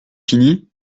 fini